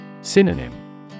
Synonym